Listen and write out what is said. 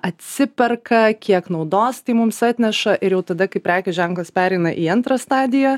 atsiperka kiek naudos tai mums atneša ir jau tada kai prekių ženklas pereina į antrą stadiją